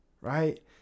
right